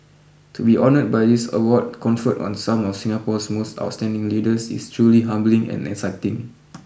to be honoured by this award conferred on some of Singapore's most outstanding leaders is truly humbling and exciting